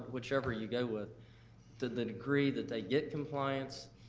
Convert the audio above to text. whichever you go with, that the degree that they get compliance,